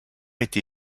été